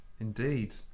Indeed